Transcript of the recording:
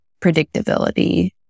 predictability